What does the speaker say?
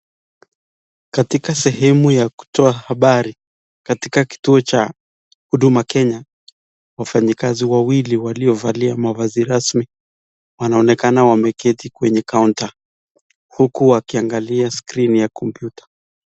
Katika sehemu ya kutoa habari katika kituo cha Huduma Kenya, wafanyikazi wawili waliovalia mavazi rasmi wanaonekana wameketi kwenye kaunta uku wakiangalia skirini ya kompyuta.